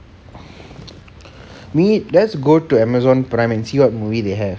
meet let's go to amazon prime and see what movie they have